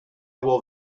will